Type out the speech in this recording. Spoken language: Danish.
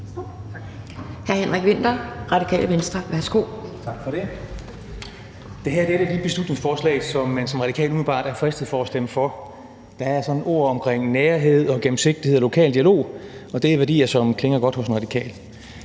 (Ordfører) Henrik Vinther (RV): Tak for det. Det her er et af de beslutningsforslag, som man som radikal umiddelbart er fristet til at stemme for. Der er formuleringer om nærhed, gennemsigtighed og en lokal dialog, og det er værdier, som klinger godt hos en radikal.